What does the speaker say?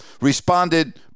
responded